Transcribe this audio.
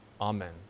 Amen